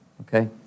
Okay